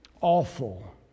Awful